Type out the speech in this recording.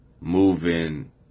moving